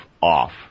off